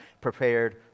prepared